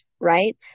right